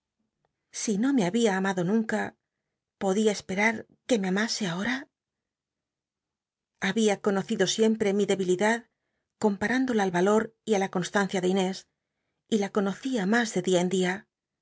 si no me baljia amado nunca poclia esperar que me amase ahora había conocido siem pl'e mi debil idad comparüudola al ralor y í la constancia de lnés y la conocía mas de día en día